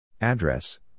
Address